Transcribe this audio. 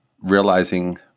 realizing